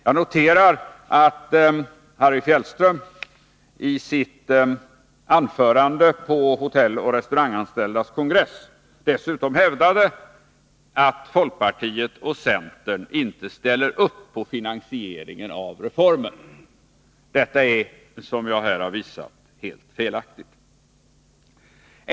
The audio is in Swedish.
Jag noterar i det sammanhanget att Harry Fjellström i sitt anförande på Hotelloch Restauranganställdas kongress dessutom hävdade att folkpartiet och centern inte ställer upp på finansieringen av reformen. Detta är, som jag här har visat, helt felaktigt.